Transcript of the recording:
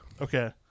okay